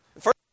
First